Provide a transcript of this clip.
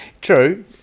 True